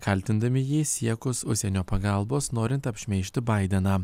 kaltindami jį siekus užsienio pagalbos norint apšmeižti baideną